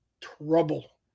trouble